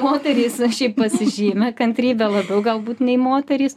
moterys šiaip pasižymi kantrybe labiau galbūt nei moterys